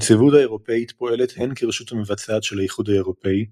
הנציבות האירופית פועלת הן כרשות המבצעת של האיחוד האירופי,